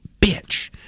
bitch